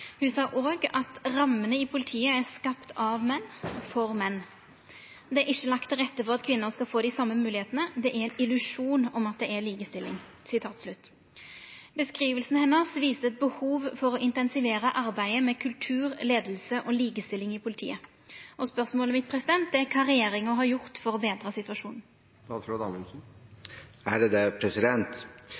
Ho sa også: «Rammene i politiet er skapt av mann for menn. Det er ikke lagt til rette for at kvinner skal få de samme mulighetene. Det er en illusjon at det er likestilling.» Skildringa viste eit behov for å intensivera arbeidet med kultur, leiing og likestilling i politiet. Kva har regjeringa gjort for å betre situasjonen?» Likestilling er